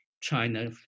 China